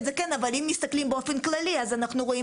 אם מסתכלים באופן כללי אז אנחנו רואים